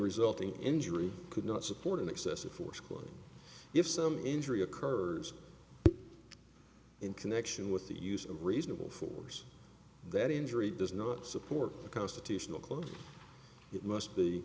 resulting injury could not support an excessive force claim if some injury occurs in connection with the use of reasonable force that injury does not support a constitutional clash it must be